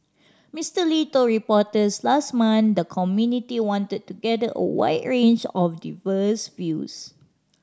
Mister Lee told reporters last month the committee wanted to gather a wide range of diverse views